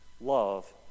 Love